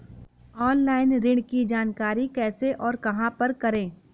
Online ऋण की जानकारी कैसे और कहां पर करें?